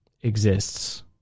exists